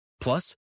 Plus